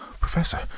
professor